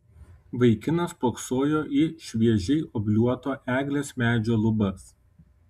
vaikinas spoksojo į šviežiai obliuoto eglės medžio lubas